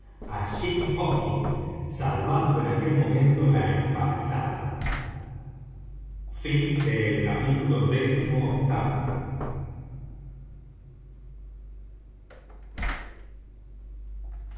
jim hawkins salvando en aquel momento la empalizada capítulo